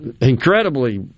incredibly